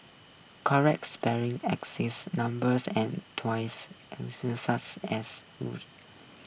corrected spelling numbers and twice such as rules